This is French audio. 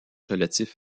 relatifs